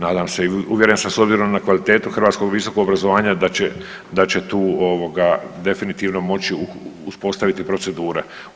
Nadam se i uvjeren sam na kvalitetu hrvatskog visokog obrazovanja da će tu definitivno moći uspostaviti procedura.